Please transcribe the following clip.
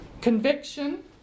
conviction